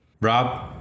Rob